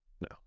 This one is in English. No